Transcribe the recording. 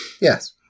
Yes